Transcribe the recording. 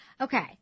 Okay